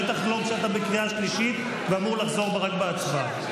בטח לא בקריאה שלישית ושאמור לחזור רק בהצבעה.